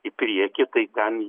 į priekį tai ten